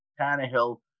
Tannehill